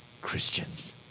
Christians